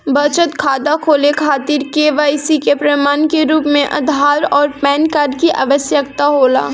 बचत खाता खोले खातिर के.वाइ.सी के प्रमाण के रूप में आधार आउर पैन कार्ड की आवश्यकता होला